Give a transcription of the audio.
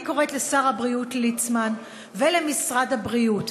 אני קוראת לשר הבריאות ליצמן ולמשרד הבריאות: